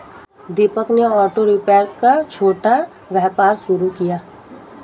दीपक ने auto repair का छोटा व्यापार शुरू किया